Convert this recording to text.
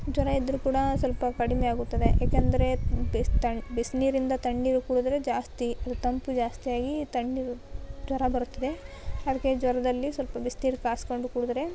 ಜ್ವರ ಇದ್ದರು ಕೂಡ ಸ್ವಲ್ಪ ಕಡಿಮೆ ಆಗುತ್ತದೆ ಯಾಕೆಂದ್ರೆ ಬಿಸಿ ತಣ್ಣ ಬಿಸಿನೀರಿಂದ ತಣ್ಣೀರು ಕುಡಿದರೆ ಜಾಸ್ತಿ ತಂಪು ಜಾಸ್ತಿ ಆಗಿ ಥಂಡಿ ಜ್ವರ ಬರುತ್ತದೆ ಹಾಗೆ ಜ್ವರದಲ್ಲಿ ಸ್ವಲ್ಪ ಬಿಸ್ನೀರು ಕಾಸಿಕೊಂಡು ಕುಡಿದ್ರೆ